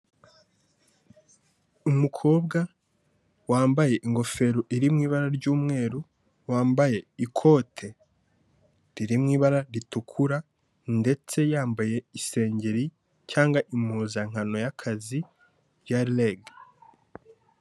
Umukobwa wambaye ingofero iri mu ibara ry'umweru, wambaye ikote riri mu ibara ritukura ndetse yambaye isengeri cyangwa impuzankano y'akazi ya REG.